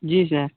जी sir